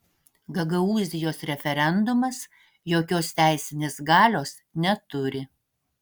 gagaūzijos referendumas jokios teisinės galios neturi